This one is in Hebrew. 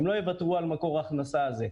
הן לא יוותרו על מקור ההכנסה הזה.